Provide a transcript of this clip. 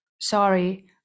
sorry